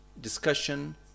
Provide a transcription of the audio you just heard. discussion